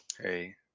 Hey